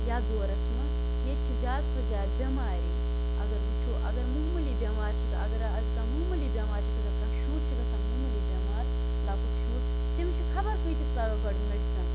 یَتھ دورَس منٛز ییٚتہِ چھِ زیادٕ کھۄتہٕ زیادٕ بیمارے اَگر وٕچھو اَگر معموٗلی بیمارِ چھِ اَگر آز کانہہ معموٗلی بیمارِ چھِ گژھان کانہہ شُر چھُ گژھان معموٗلی بیمار لۄکُٹ شُر تٔمِس چھُ خبر کۭتِس کالَس گۄڈٕ میڈِسَن